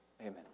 Amen